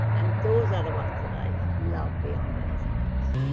and those are the ones that i love beyond anything else.